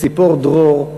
ציפור דרור,